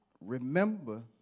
remember